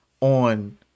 on